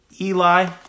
Eli